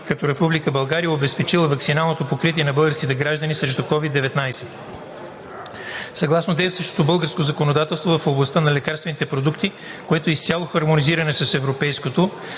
е обезпечила ваксиналното покритие на българските граждани срещу COVID-19. Съгласно действащото българско законодателство в областта на лекарствените продукти, което е изцяло хармонизирано с европейското,